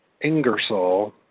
Ingersoll